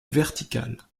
verticale